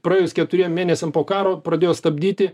praėjus keturiem mėnesiam po karo pradėjo stabdyti